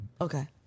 Okay